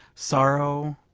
sorrow,